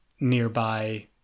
nearby